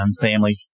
family